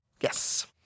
Yes